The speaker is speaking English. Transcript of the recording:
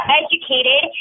educated